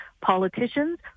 politicians